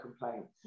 complaints